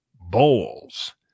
bowls